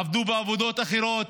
עבדו בעבודות אחרות,